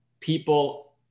people